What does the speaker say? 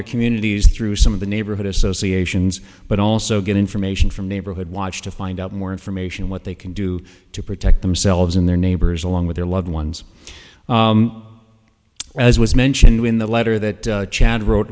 their communities through some the neighborhood associations but also get information from neighborhood watch to find out more information what they can do to protect themselves and their neighbors along with their loved ones arm as was mentioned in the letter that